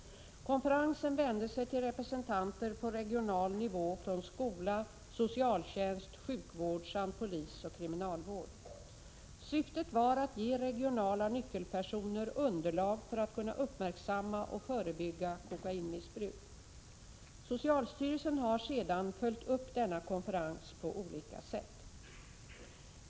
Konferensen vände sig till representanter på regional nivå från skola, socialtjänst, sjukvård samt polis och kriminalvård. Syftet var att ge regionala nyckelpesoner underlag för att kunna uppmärksamma och förebygga kokainmissbruk. Socialstyrelsen har sedan följt upp denna konferens på olika sätt.